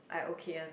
I okay one